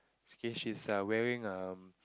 okay she's err wearing a